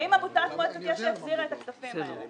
האם עמותת מועצת יש"ע החזירה את הכספים האלה?